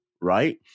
right